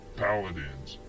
paladins